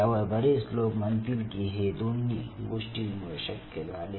यावर बरेच लोक म्हणतील की हे दोन्ही गोष्टींमुळे शक्य झाले